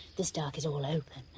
this dark is all open